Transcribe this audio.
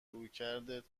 رویکردت